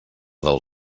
del